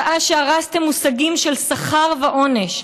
משעה שהרסתם מושגים של שכר ועונש,